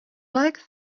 like